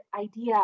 idea